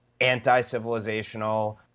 anti-civilizational